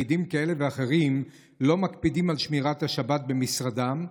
פקידים כאלה ואחרים לא מקפידים על שמירת השבת במשרדם,